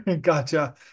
Gotcha